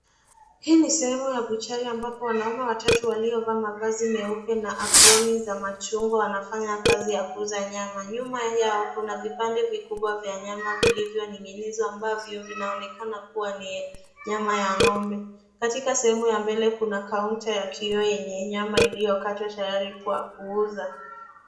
Hii ni sehemu ya butchery ambapo wanaume watatu waliovaa mavazi meupe na aproni za machungwa wanafanya kazi ya kuuza nyama. Nyuma yao kuna vipande vikubwa vya nyama vilivyoning'nizwa ambavyo vinaonekana kuwa ni nyama ya ng'ombe. Katika sehemu ya mbele kuna kaunta ya kioo yenye nyama iliyokwatwa tayari kwa kuuza.